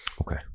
Okay